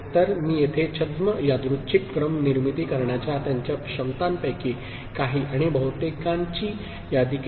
तर मी येथे छद्म यादृच्छिक क्रम निर्मिती करण्याच्या त्यांच्या क्षमतांपैकी काही आणि बहुतेकांची यादी केली आहे